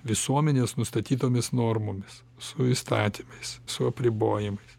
visuomenės nustatytomis normomis su įstatymais su apribojimais